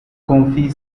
confie